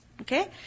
Okay